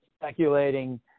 speculating